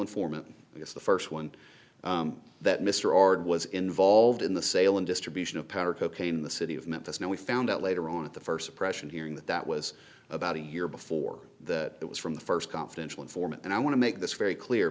informant was the first one that mr ard was involved in the sale and distribution of powder cocaine in the city of memphis now we found out later on at the first oppression hearing that that was about a year before that it was from the first confidential informant and i want to make this very clear